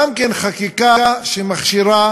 גם כן חקיקה שמכשירה